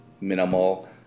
minimal